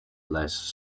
less